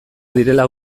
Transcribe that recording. direla